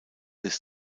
des